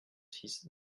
six